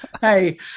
Hey